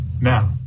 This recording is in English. now